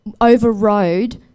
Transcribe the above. overrode